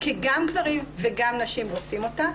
כי גם גברים וגם נשים רוצים אותה.